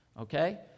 okay